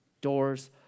Doors